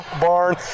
barn